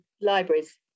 libraries